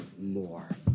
more